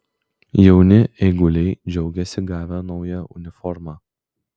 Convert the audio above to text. jauni eiguliai džiaugiasi gavę naują uniformą